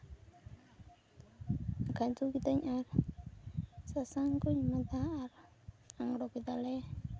ᱠᱷᱟᱸᱡᱚ ᱠᱤᱫᱟᱹᱧ ᱟᱨ ᱥᱟᱥᱟᱝ ᱠᱩᱧ ᱮᱢᱟᱫᱟ ᱟᱨ ᱟᱬᱜᱳ ᱠᱮᱫᱟᱞᱮ